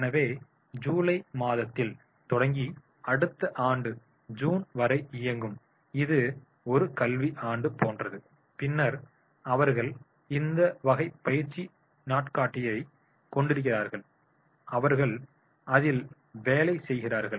எனவே ஜூலை மாதத்தில் தொடங்கி அடுத்த ஆண்டு ஜூன் வரை இயங்கும் இது ஒரு கல்வி ஆண்டு போன்றது பின்னர் அவர்கள் இந்த வகை பயிற்சி நாட்காட்டியைக் கொண்டிருக்கிறார்கள் அவர்கள் அதில் வேலை செய்கிறார்கள்